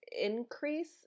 increase